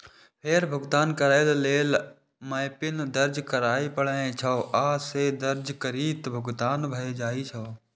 फेर भुगतान करै लेल एमपिन दर्ज करय पड़ै छै, आ से दर्ज करिते भुगतान भए जाइ छै